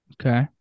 Okay